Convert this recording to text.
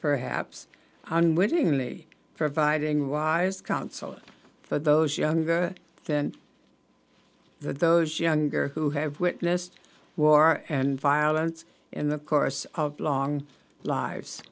perhaps unwittingly providing wise counsel for those younger than those younger who have witnessed war and violence in the course of long lives